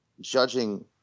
judging